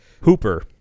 Hooper